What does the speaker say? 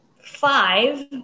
five